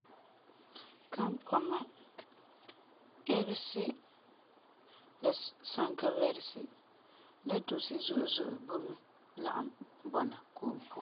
Kampɔma, ɛbesi la sankawɛresi la dusi zo'e zo'e boi mɛ lagum ki'ira ko'om puan.